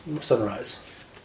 sunrise